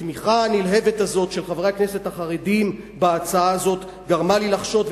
התמיכה הנלהבת הזאת של חברי הכנסת החרדים בהצעה הזאת גרמה לי לחשוד,